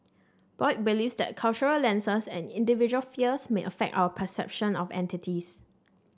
Boyd believes that cultural lenses and individual fears may affect our perception of entities